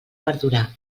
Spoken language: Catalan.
perdurar